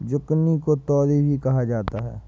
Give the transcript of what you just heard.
zucchini को तोरी भी कहा जाता है